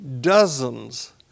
dozens